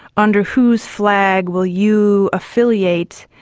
under whose flag will you affiliate?